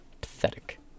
Pathetic